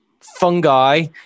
fungi